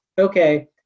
okay